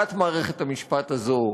צורת מערכת המשפט הזאת,